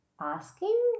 asking